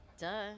Duh